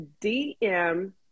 DM